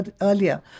earlier